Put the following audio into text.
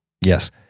Yes